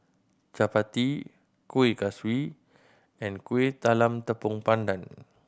chappati Kueh Kaswi and Kueh Talam Tepong Pandan